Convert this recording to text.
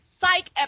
Psych